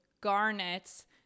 garnets